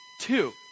two